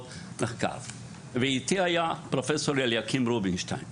איתי היה פרופ' אליקים רובינשטיין,